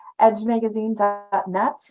edgemagazine.net